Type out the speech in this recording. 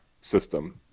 system